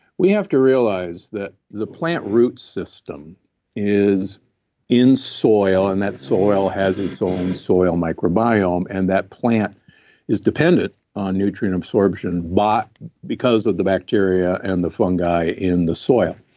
we have to realize that the plant root system is in soil and that soil has its own soil microbiome, and that plant is dependent on nutrient absorption but because of the bacteria and the fungi in the soil.